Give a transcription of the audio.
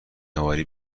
اوری